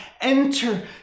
enter